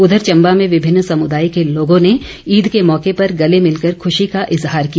उधर चम्बा में विभिन्न समुदाय के लोगों ने ईद के मौके पर गले मिलकर खुशी का इजहार किया